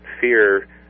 fear